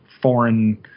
foreign